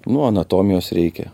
nu anatomijos reikia